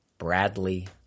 Bradley